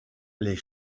les